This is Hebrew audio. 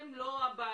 הם לא הבעיה.